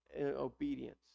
obedience